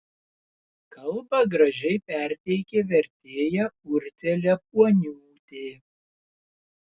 kalbą gražiai perteikė vertėja urtė liepuoniūtė